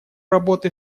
работы